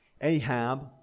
Ahab